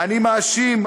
"אני מאשים",